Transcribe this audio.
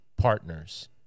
partners